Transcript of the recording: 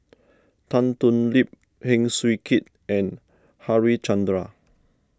Tan Thoon Lip Heng Swee Keat and Harichandra